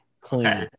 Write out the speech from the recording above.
clean